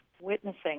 witnessing